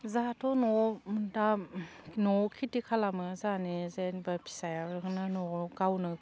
जोंहाथ' न'वाव दा न'वाव खेथि खालामो जोंहानि जेनेबा फिसाइया न'वाव गावनो